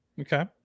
okay